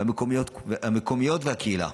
המקומית והקהילה.